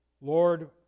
Lord